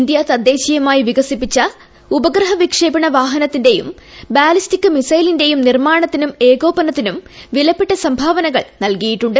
India ്തദ്ദേശീയമായി വികസിപ്പിച്ച ഉപഗ്രഹ വിക്ഷേപണ വാഹനത്തിന്റേയും ബാലിസ്റ്റിക് മിസൈലിന്റേയും നിർമ്മാണത്തിനും ഏക്കോപ്പനത്തിനും വിലഖപ്പട്ട സംഭാവനകൾ നൽകിയിട്ടുണ്ട്